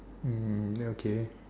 mm then okay